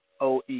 OE